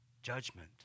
Judgment